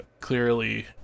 clearly